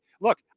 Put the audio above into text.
look